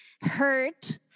hurt